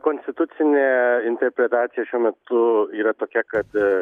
konstitucinė interpretacija šiuo metu yra tokia kad